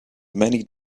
many